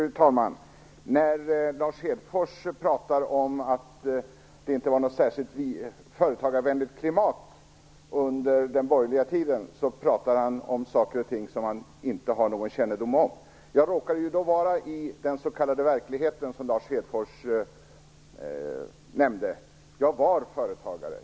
Fru talman! När Lars Hedfors pratar om att det inte var något särskilt företagarvänligt klimat under den borgerliga tiden pratar han om saker som han inte har någon kännedom om. Jag råkade då befinna mig i den s.k. verkligheten, som Lars Hedfors nämnde. Jag var företagare.